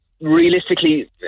realistically